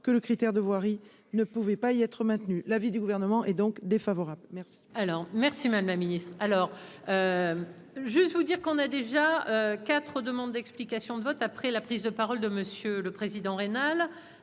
que le critère de voirie ne pouvait pas y être maintenu l'avis du gouvernement est donc défavorable merci. Alors merci madame la Ministre, alors juste vous dire qu'on a déjà 4 demandes d'explications de vote après la prise de parole de monsieur le président, rénale